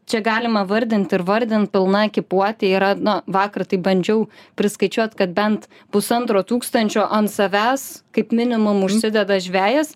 čia galima vardint ir vardint pilna ekipuotė yra na vakar tai bandžiau priskaičiuot kad bent pusantro tūkstančio ant savęs kaip minimum užsideda žvejas